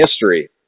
history